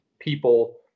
People